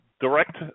direct